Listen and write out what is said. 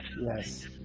yes